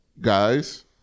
guys